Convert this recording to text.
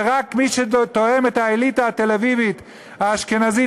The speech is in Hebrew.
שרק מי שתואם את האליטה התל-אביבית האשכנזית,